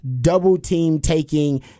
double-team-taking